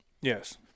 Yes